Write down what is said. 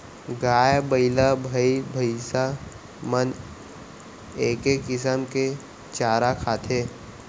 गाय, बइला, भईंस भईंसा मन एके किसम के चारा खाथें